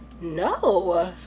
no